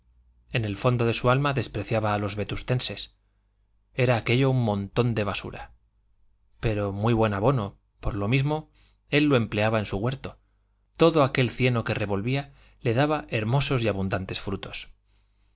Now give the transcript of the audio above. en el fondo de su alma despreciaba a los vetustenses era aquello un montón de basura pero muy buen abono por lo mismo él lo empleaba en su huerto todo aquel cieno que revolvía le daba hermosos y abundantes frutos